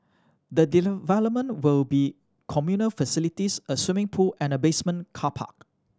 the development will be communal facilities a swimming pool and a basement car park